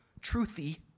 truthy